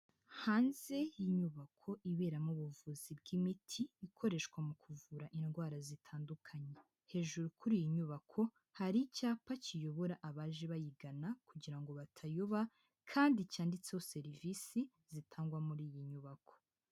Hanze y'inyubako iberamo ubuvuzi bw'imiti ikoreshwa mu kuvura indwara zitandukanye. Hejuru kuri iyi nyubako, hari icyapa kiyobora abaje bayigana kugira ngo batayoyuba kandi cyanditseho serivisi zitangwa muri iyi nyubako.